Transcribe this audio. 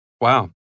Wow